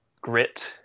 grit